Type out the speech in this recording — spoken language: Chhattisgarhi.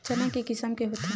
चना के किसम के होथे?